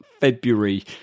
february